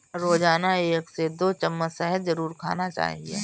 रोजाना एक से दो चम्मच शहद जरुर खाना चाहिए